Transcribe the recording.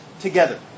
together